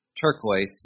turquoise